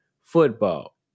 football